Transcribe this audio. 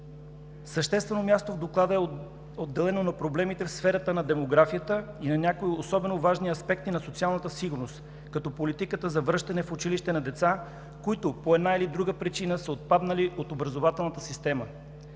Съществено място в Доклада е отделено на проблемите в сферата на демографията и на някои особено важни аспекти от социалната сигурност, като политиката за връщане в училище на деца, които по една или друга причина са отпаднали от образователната система.